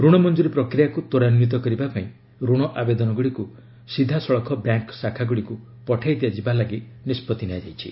ଋଣ ମଞ୍ଜୁରୀ ପ୍ରକ୍ରିୟାକୁ ତ୍ୱରାନ୍ୱିତ କରିବା ପାଇଁ ଋଣ ଆବେଦନଗୁଡ଼ିକୁ ସିଧାସଳଖ ବ୍ୟାଙ୍କ୍ ଶାଖାଗୁଡ଼ିକୁ ପଠାଇ ଦିଆଯିବାକୁ ନିଷ୍କଭି ନିଆଯାଇଛି